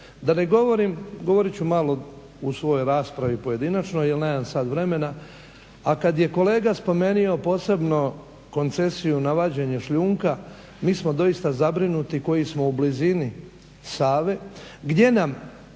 Da ne govorim, govorit ću malo u svojoj raspravi pojedinačnoj, jer nemam sad vremena. A kad je kolega spomenuo posebno koncesiju na vađenje šljunka mi smo doista zabrinuti koji smo u blizini Save, gdje nam